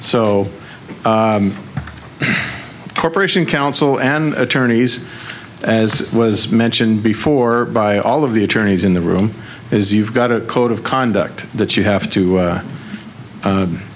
the corporation counsel and attorneys as was mentioned before by all of the attorneys in the room is you've got a code of conduct that you have to